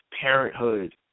Parenthood